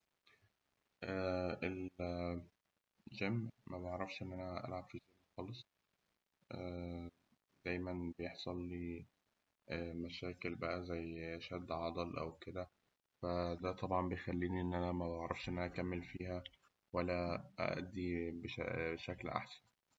ال- الجيم مبعرفش إن أنا ألعب فيه خالص دايماً بيحصل لي مشاكل بقى زي شد عضل أو كده فده طبعاً بيخليني إن أنا مبعرفش إن أنا أكمل فيها ولا أأدي بش- بشكل أحسن.